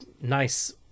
nice